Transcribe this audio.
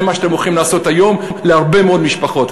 זה מה שאתם הולכים לעשות היום להרבה מאוד משפחות.